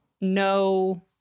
no